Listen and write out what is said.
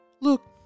Look